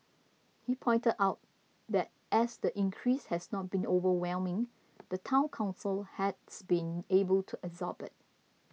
he pointed out that as the increase has not been overwhelming the Town Council has been able to absorb it